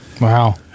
Wow